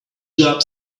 job